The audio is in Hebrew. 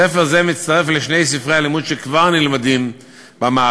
ספר זה מצטרף לשני ספרי הלימוד שכבר נלמדים במערכת,